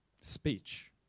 speech